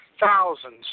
thousands